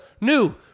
new